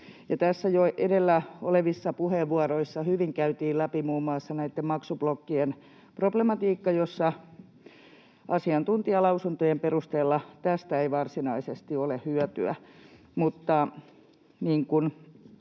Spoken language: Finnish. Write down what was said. Tässä jo edellä olleissa puheenvuoroissa hyvin käytiin läpi muun muassa näitten maksublokkien problematiikka, joista asiantuntijalausuntojen perusteella ei varsinaisesti ole hyötyä.